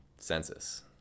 census